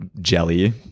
jelly